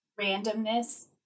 randomness